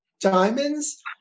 diamonds